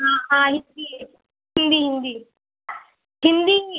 हाँ हाँ हिन्दी हिन्दी हिन्दी हिन्दी